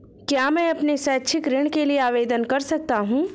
क्या मैं अपने शैक्षिक ऋण के लिए आवेदन कर सकता हूँ?